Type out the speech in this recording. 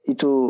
Itu